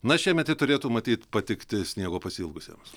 na šiemet ji turėtų matyt patikti sniego pasiilgusiems